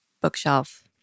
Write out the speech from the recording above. Bookshelf